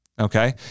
Okay